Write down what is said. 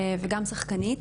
וגם שחקנית.